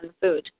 food